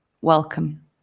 Welcome